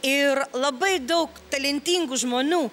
ir labai daug talentingų žmonių